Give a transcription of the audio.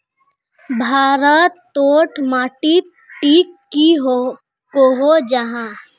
भारत तोत माटित टिक की कोहो जाहा?